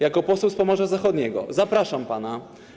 Jako poseł z Pomorza Zachodniego zapraszam pana.